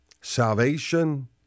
salvation